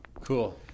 cool